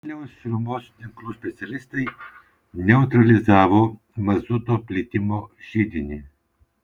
vilniaus šilumos tinklų specialistai neutralizavo mazuto plitimo židinį